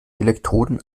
elektroden